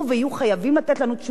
גם מהחברה וגם מההסתדרות,